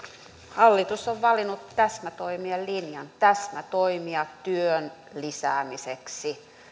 hallitus on valinnut täsmätoimien linjan täsmätoimia työn lisäämiseksi